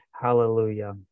Hallelujah